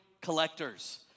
collectors